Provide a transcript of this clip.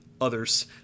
others